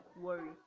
worry